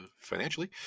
financially